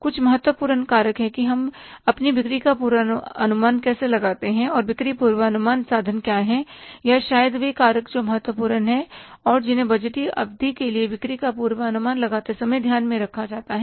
कुछ महत्वपूर्ण कारक हैं कि हम अपनी बिक्री का पूर्वानुमान कैसे लगाते हैं बिक्री पूर्वानुमान साधन क्या हैं या शायद वे कारक जो महत्वपूर्ण हैं और जिन्हें बजटीय अवधि के लिए बिक्री का अनुमान लगाते समय ध्यान में रखा जाता है